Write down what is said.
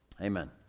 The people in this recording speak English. Amen